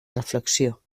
reflexió